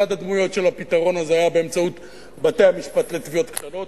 אחת הדמויות של הפתרון הזה היתה באמצעות בתי-המשפט לתביעות קטנות.